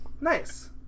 Nice